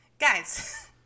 guys